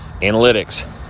analytics